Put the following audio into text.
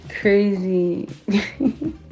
crazy